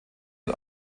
mit